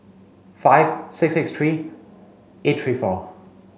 five six six three eight three four